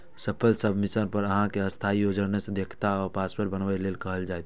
सफल सबमिशन पर अहां कें अस्थायी यूजरनेम देखायत आ पासवर्ड बनबै लेल कहल जायत